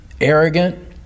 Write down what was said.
arrogant